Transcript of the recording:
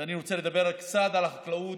אני רוצה לדבר קצת על החקלאות,